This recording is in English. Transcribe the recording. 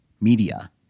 media